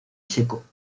checo